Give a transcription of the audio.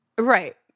Right